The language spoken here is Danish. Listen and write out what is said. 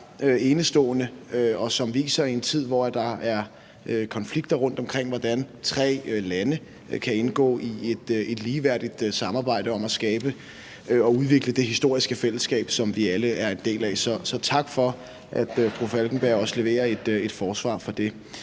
enestående, og som i en tid, hvor der er konflikter rundtomkring, viser, hvordan tre lande kan indgå i et ligeværdigt samarbejde om at skabe og udvikle det historiske fællesskab, som vi alle er en del af. Så tak for, at fru Anna Falkenberg også leverer et forsvar for det.